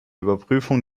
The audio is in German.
überprüfung